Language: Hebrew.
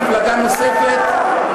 ממפלגה נוספת,